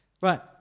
Right